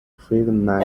friedman